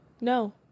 No